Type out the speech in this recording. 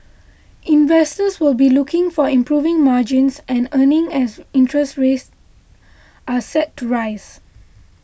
investors will be looking for improving margins and earnings as interest rates are set to rise